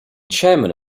chairman